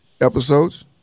episodes